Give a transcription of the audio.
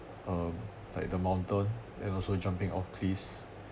um like the mountain and also jumping off cliffs